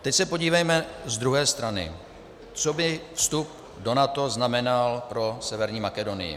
Teď se podívejme z druhé strany, co by vstup do NATO znamenal pro Severní Makedonii.